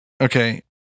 Okay